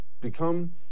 become